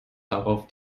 darauf